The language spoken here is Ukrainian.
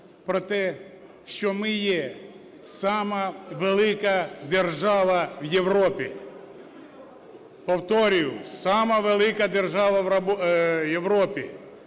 про те, що ми є сама велика держава в Європі. Повторюю: сама велика держава в Європі.